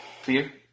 Fear